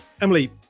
Emily